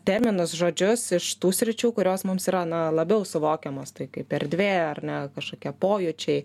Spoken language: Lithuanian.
terminus žodžius iš tų sričių kurios mums yra na labiau suvokiamos tai kaip erdvė ar ne kažkokie pojūčiai